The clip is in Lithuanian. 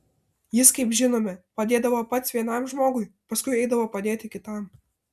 jis kaip žinome padėdavo pats vienam žmogui paskui eidavo padėti kitam